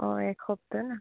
অঁ একসপ্তাহ